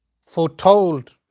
foretold